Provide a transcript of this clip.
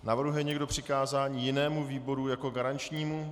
Navrhuje někdo přikázání jinému výboru jako garančnímu?